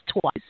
twice